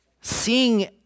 seeing